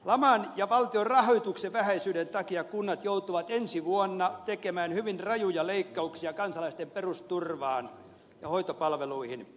laman ja valtion rahoituksen vähäisyyden takia kunnat joutuvat ensi vuonna tekemään hyvin rajuja leikkauksia kansalaisten perusturvaan ja hoitopalveluihin